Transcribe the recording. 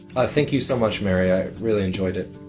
ah thank you so much. mary, i really enjoyed it.